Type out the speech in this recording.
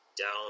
down